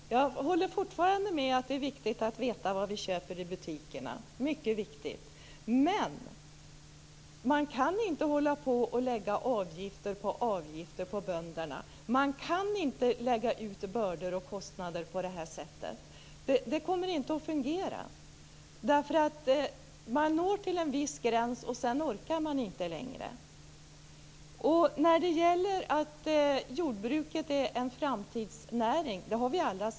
Herr talman! Jag håller fortfarande med om att det är mycket viktigt att veta vad vi köper i butikerna. Man kan dock inte fortsätta att lägga avgift på avgift på bönderna. Man kan inte lägga ut bördor och kostnader på det sättet. Det kommer inte att fungera. Man når fram till en viss gräns, men sedan orkar man inte längre. Vi har alla sagt att jordbruket är en framtidsnäring.